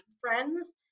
friends